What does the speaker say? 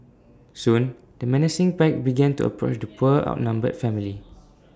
soon the menacing pack began to approach the poor outnumbered family